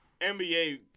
NBA